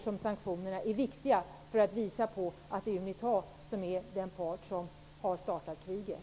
Sanktionerna är viktiga för att visa på att Unita är den part som har startat kriget.